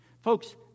Folks